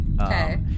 Okay